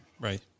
Right